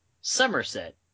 Somerset